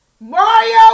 Mario